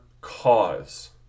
cause